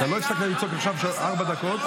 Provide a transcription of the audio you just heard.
אתה לא הפסקת לצעוק עכשיו ארבע דקות.